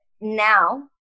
now